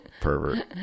pervert